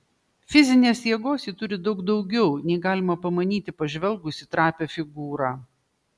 fizinės jėgos ji turi daug daugiau nei galima pamanyti pažvelgus į trapią figūrą